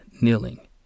kneeling